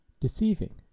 deceiving